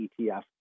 ETF